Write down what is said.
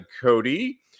cody